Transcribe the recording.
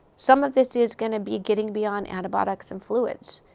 some of this is going to be getting beyond antibiotics, and fluids,